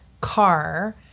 car